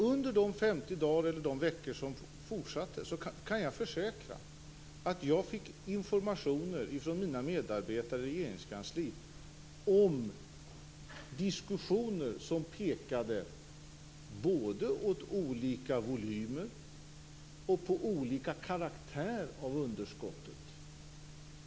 Under de 50 dagar eller de veckor som följde kan jag försäkra att jag fick information från mina medarbetare i Regeringskansliet om diskussioner som pekade både på olika volymer och på olika karaktär av underskottet.